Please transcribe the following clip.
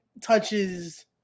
touches